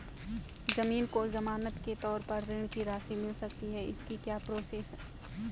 ज़मीन को ज़मानत के तौर पर ऋण की राशि मिल सकती है इसकी क्या प्रोसेस है?